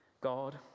God